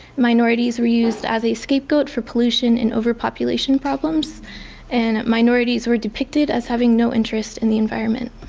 minorities were used as a scapegoat for pollution and over population problems and minorities were depicted as having no interest in the environment.